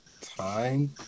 time